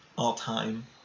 all-time